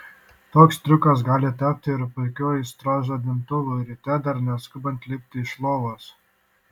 toks triukas gali tapti ir puikiu aistros žadintuvu ryte dar neskubant lipti iš lovos